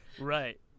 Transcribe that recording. Right